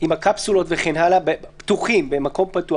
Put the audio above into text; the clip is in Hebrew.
עם הקפסולות וכן הלאה, פתוחים, במקום פתוח